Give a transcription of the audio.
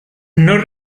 non